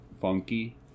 funky